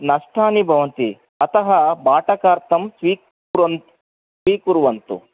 नष्टानि भवन्ति अतः भाटकार्थं स्वीकर् स्वी्कुर्वन्तु